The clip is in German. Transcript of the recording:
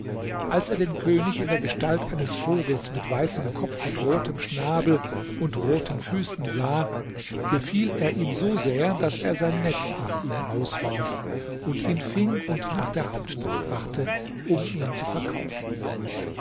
als er den könig in der gestalt eines vogels mit weißem kopf und rotem schnabel und roten füßen sah gefiel er ihm so sehr daß er sein netz nach ihm auswarf und ihn fing und nach der hauptstadt brachte um ihn zu verkaufen